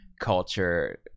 culture